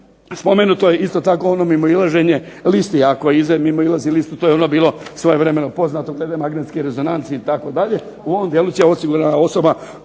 Spomenuto je isto tako ono mimoilaženje listi. To je bilo poznato svojevremeno poznato glede magnetskih rezonanci itd. u ovom dijelu će osigurana osoba